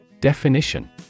Definition